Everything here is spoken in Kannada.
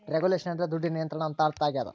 ರೆಗುಲೇಷನ್ ಅಂದ್ರೆ ದುಡ್ಡಿನ ನಿಯಂತ್ರಣ ಅಂತ ಅರ್ಥ ಆಗ್ಯದ